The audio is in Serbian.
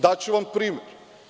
Daću vam primer.